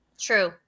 True